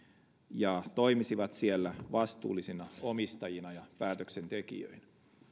ja toimisivat siellä vastuullisina omistajina ja päätöksentekijöinä